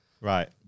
Right